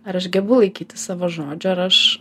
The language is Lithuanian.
ar aš gebu laikytis savo žodžio ar aš